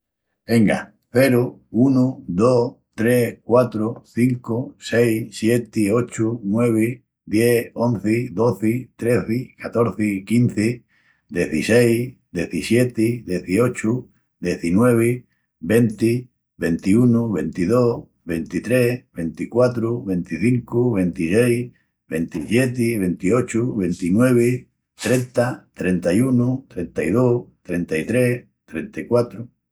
Enga: Ceru, unu, dos, tres, quatru, cincu, seis, sieti, ochu, nuevi, dies, onzi, dozi, trezi, catorzi, quinzi, dezisseis, dezissieti, deziochu, dezinuevi, venti, ventiunu, ventidós, ventitrés, ventiquatru, venticincu, ventisseis, ventissieti, ventiochu, ventinuevi, trenta, trenta-i-unu, trenta-i-dos, trenta-i-tres, trenta-i-quatru.